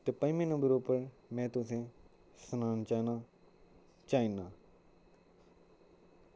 ते पंजमें नंबर उप्पर में तुसें सनाना चाह्नां चाइना